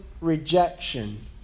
rejection